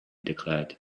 declared